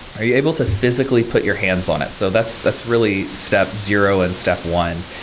are you able to physically put your hands on it? so that's that's really step zero and step one.